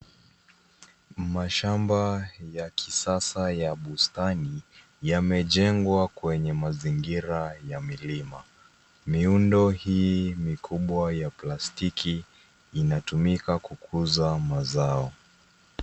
Mashamba ya kisasa ya bustani yamejengwa kwenye mazingira ya milima. Miundo hii ya plastiki inatumika kukuza mazao.